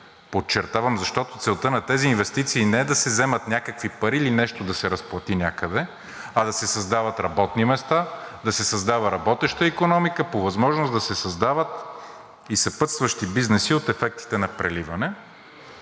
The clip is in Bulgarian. подчертавам, защото целта на тези инвестиции не е да се вземат някакви пари или нещо да се разплати някъде, а да се създават работни места, да се създава работеща икономика, по възможност да се създават и съпътстващи бизнеси от ефектите на преливане,